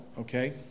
okay